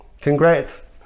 Congrats